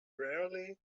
rarely